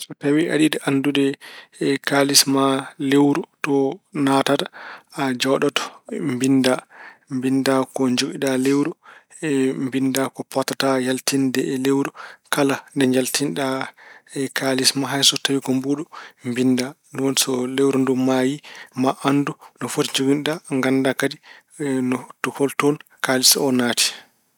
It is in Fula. So tawi aɗa yiɗi anndude kaalis ma lewru to naatata, a jooɗoto binnda. Binnda ko njogiɗa lewru, binnda ko potata yaltinde e lewru. Kala nde njaltinɗa kaalis ma, hay sinno tawi ko mbuuɗu, binnda. Ni woni so lewru ndu maayi, maa anndu no foti njoginoɗa, gannda kadi ko holtoon kaalis o naati.